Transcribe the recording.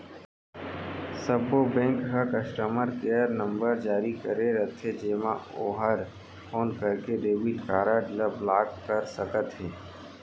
सब्बो बेंक ह customer care number जारी करे रथे जेमा ओहर फोन करके डेबिट कारड ल ब्लाक कर सकत हे